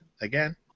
again